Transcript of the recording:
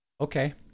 okay